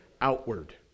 outward